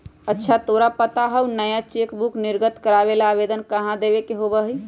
अच्छा तोरा पता हाउ नया चेकबुक निर्गत करावे ला आवेदन कहाँ देवे के होबा हई?